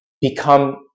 become